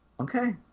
Okay